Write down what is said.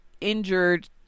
injured